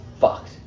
fucked